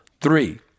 Three